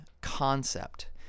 concept